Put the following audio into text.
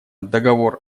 договор